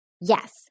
Yes